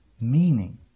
meaning